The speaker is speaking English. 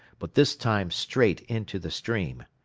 but this time straight into the stream.